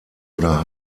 oder